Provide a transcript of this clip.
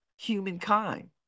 humankind